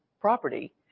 property